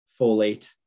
folate